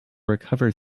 recover